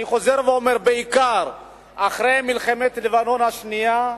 אני חוזר ואומר: בעיקר אחרי מלחמת לבנון השנייה,